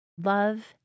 love